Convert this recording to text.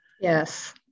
Yes